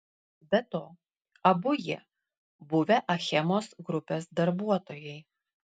be to abu jie buvę achemos grupės darbuotojai